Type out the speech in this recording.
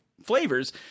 flavors